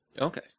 Okay